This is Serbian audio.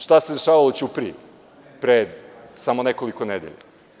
Šta se dešavalo u Ćupriji pre samo nekoliko nedelja?